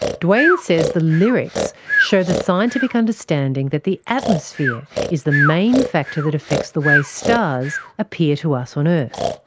duane says the lyrics show the scientific understanding that the atmosphere is the main factor that affects the way stars appear to us on earth.